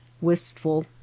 Wistful